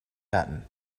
pattern